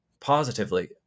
positively